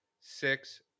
Six